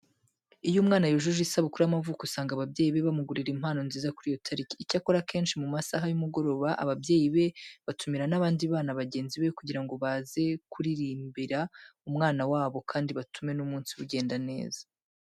Iyo umwana yujuje isabukuru y'amavuko usanga ababyeyi be bamugurira impano nziza kuri iyo tariki. Icyakora akenshi mu masaha y'umugoroba ababyeyi be batumira n'abandi bana bagenzi be kugira ngo baze kuririmbira umwana wabo kandi batume n'umunsi we ugenda neza.